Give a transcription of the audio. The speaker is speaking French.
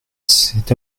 cet